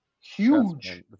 huge